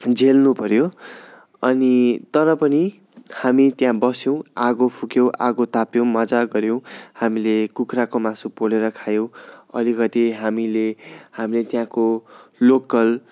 झेल्नु पऱ्यो अनि तर पनि हामी त्यहाँ बस्यौँ आगो फुक्यो आगो ताप्यो मजा गऱ्यौँ हामीले कुखुराको मासु पोलेर खायौँ अलिकति हामीले हामीले त्यहाँको लोकल